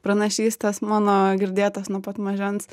pranašystes mano girdėtas nuo pat mažens